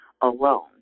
alone